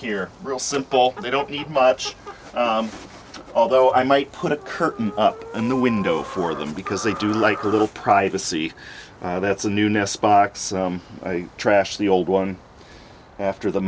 here real simple they don't need much although i might put a curtain up in the window for them because they do like little privacy that's a new nest spock's i trashed the old one after the